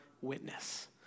witness